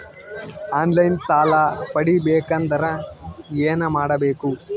On line ಸಾಲ ಪಡಿಬೇಕಂದರ ಏನಮಾಡಬೇಕು?